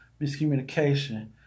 miscommunication